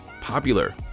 popular